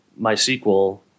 MySQL